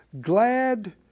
Glad